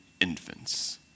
infants